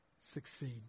succeed